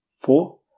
four